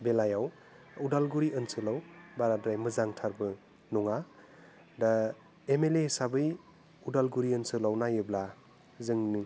बेलायाव अदालगुरि ओनसोलाव बाराद्राय मोजांथारबो नङा दा एमएलए हिसाबै अदालगुरि ओनसोलाव नायोब्ला जोंनि